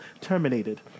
terminated